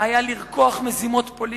היה לרקוח מזימות פוליטיות,